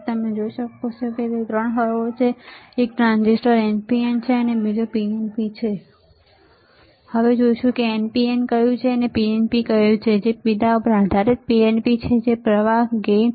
તેથી તમે જોઈ શકો છો કે ત્રણ હરોળ છે એક ટ્રાન્ઝિસ્ટર NPN છે બીજો PNP છે તેથી આપણે જોઈશું કે એનપીએન કયું છે જે બીટા પર આધારિત પીએનપી છે જે પ્રવાહ ગેઈટ છે